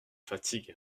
fatigue